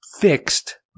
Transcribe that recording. fixed